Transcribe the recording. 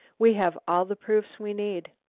we have all the proofs we need.